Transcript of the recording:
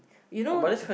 you know